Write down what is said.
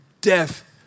death